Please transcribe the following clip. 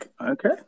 okay